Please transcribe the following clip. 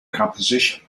composition